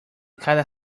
cada